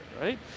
right